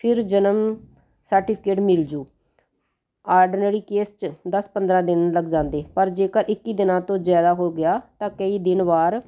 ਫਿਰ ਜਨਮ ਸਰਟੀਫਿਕੇਟ ਮਿਲ ਜੂ ਆਰਡਨਲੀ ਕੇਸ 'ਚ ਦਸ ਪੰਦਰਾਂ ਦਿਨ ਲੱਗ ਜਾਂਦੇ ਪਰ ਜੇਕਰ ਇੱਕੀ ਦਿਨਾਂ ਤੋਂ ਜ਼ਿਆਦਾ ਹੋ ਗਿਆ ਤਾਂ ਕਈ ਦਿਨ ਵਾਰ ਕਈ